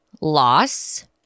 Loss